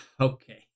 Okay